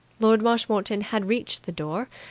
lord marshmoreton had reached the door,